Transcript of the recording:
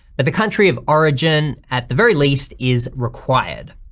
but the country of origin at the very least is required.